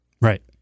Right